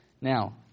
Now